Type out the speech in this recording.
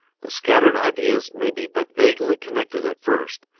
the scattered ideas may be but vaguely connected at first,